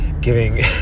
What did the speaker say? giving